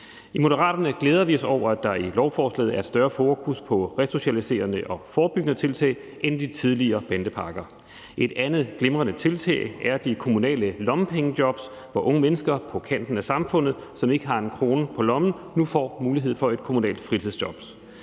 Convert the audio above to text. I Moderaterne glæder vi os over, at der i lovforslaget er et større fokus på resocialiserende og forebyggende tiltag end i de tidligere bandepakker. Et andet glimrende tiltag er de kommunale lommepengejobs, hvor unge mennesker på kanten af samfundet, som ikke har en krone på lommen, nu får mulighed for at få et kommunalt fritidsjob.